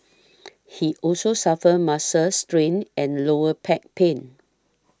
he also suffered muscles strains and lower pack pain